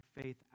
faith